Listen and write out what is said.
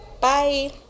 Bye